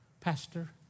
Pastor